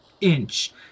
inch